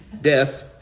death